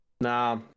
nah